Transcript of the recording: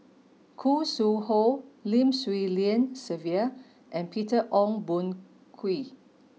Khoo Sui Hoe Lim Swee Lian Sylvia and Peter Ong Boon Kwee